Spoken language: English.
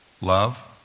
Love